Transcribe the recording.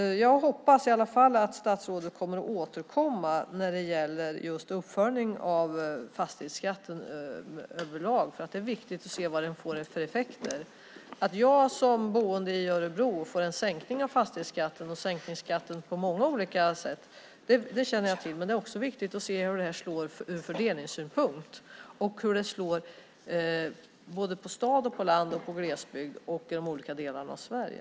Jag hoppas i alla fall att statsrådet kommer att återkomma när det gäller just uppföljning av fastighetsskatten överlag, för det är viktigt att se vad den får för effekter. Att jag som boende i Örebro får en sänkning av fastighetsskatten och en sänkning av skatten på många olika sätt känner jag till, men det är också viktigt att se hur det här slår ur fördelningsynpunkt och hur det slår i staden, på landet och i glesbygden i olika delar av Sverige.